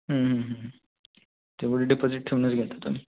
तेवढं डिपॉजिट ठेवूनच घेता तुम्ही